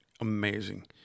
amazing